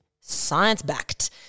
science-backed